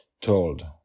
Told